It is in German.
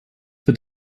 wird